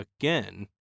again